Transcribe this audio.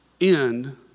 end